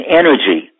energy